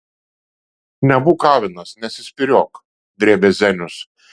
nebūk avinas nesispyriok drėbė zenius